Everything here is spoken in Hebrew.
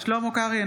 שלמה קרעי,